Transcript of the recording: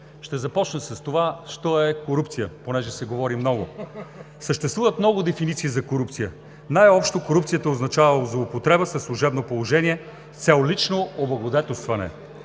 Ще започна с това „що е корупция“ понеже се говори много. Съществуват много дефиниции за корупция. Най-общо корупцията означава „злоупотреба със служебно положение с цел лично облагодетелстване“.